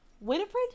Winifred